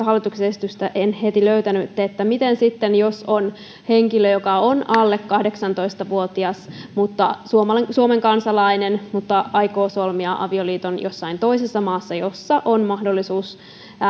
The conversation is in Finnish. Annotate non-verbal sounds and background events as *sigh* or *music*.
*unintelligible* hallituksen esityksestä heti löytänyt että miten sitten jos on henkilö joka on alle kahdeksantoista vuotias mutta suomen kansalainen ja aikoo solmia avioliiton jossain toisessa maassa jossa on mahdollisuus